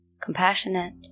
compassionate